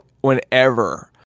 whenever